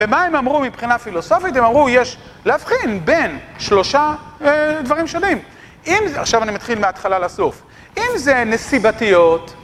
ומה הם אמרו מבחינה פילוסופית? הם אמרו, יש להבחין בין שלושה דברים שונים. אם זה, עכשיו אני מתחיל מההתחלה לסוף, אם זה נסיבתיות...